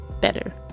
better